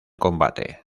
combate